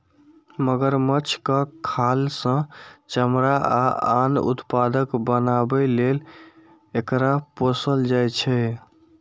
मगरमच्छक खाल सं चमड़ा आ आन उत्पाद बनाबै लेल एकरा पोसल जाइ छै